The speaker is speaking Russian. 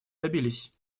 добились